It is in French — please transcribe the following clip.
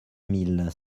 mille